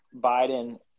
biden